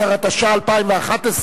16), התשע"א 2011,